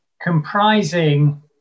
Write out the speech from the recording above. comprising